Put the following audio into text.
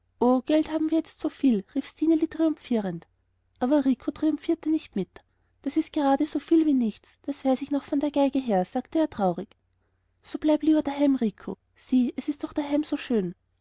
geld haben wir jetzt so viel rief stineli triumphierend aber rico triumphierte nicht mit das ist gerade so viel wie nichts das weiß ich noch von der geige her sagte er traurig so bleib du lieber daheim rico sieh es ist doch daheim so schön